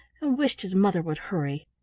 wished his mother would hurry.